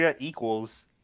equals